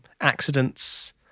accidents